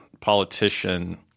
politician